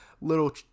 little